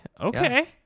Okay